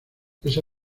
esa